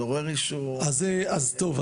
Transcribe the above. אזורי רישום --- אז טוב,